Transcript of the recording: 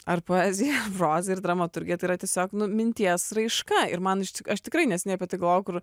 ar poeziją ar prozą ir dramaturgiją tai yra tiesiog nu minties raiška ir man iš čia aš tikrai neseniai apie tai galvojau kur